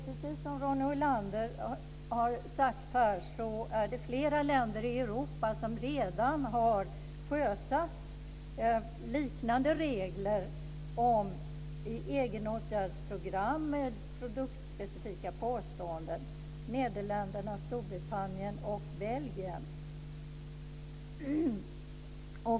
Precis som Ronny Olander har sagt, är det flera länder i Europa som redan har sjösatt liknande regler med egna åtgärdsprogram när det gäller produktspecifika påståenden, nämligen Nederländerna, Storbritannien och Belgien.